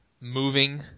moving